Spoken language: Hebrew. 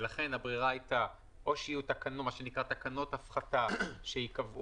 הברירה הייתה - או שיהיו תקנות הפחתה שייקבעו